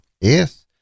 Yes